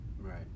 right